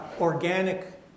organic